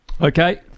Okay